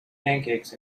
pancakes